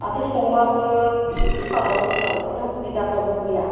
माथो संबाबो खुखाराव रुबाबो खेबथाम खेबब्रै गाबबाबो रुइया